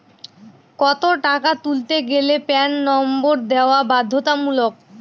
কত টাকা তুলতে গেলে প্যান নম্বর দেওয়া বাধ্যতামূলক?